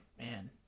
man